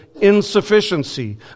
insufficiency